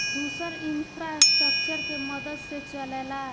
दुसर इन्फ़्रास्ट्रकचर के मदद से चलेला